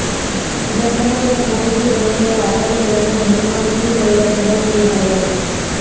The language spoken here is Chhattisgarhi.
जघा जघा बोर के होय ले वाटर लेवल ह घलोक कमती होय बर धर ले हवय